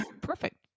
perfect